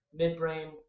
midbrain